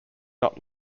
not